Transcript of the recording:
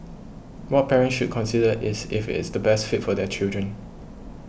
what parents should consider is if it's the best fit for their children